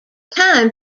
time